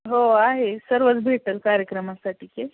हो आहे सर्वच भेटंल कार्यक्रमासाठी के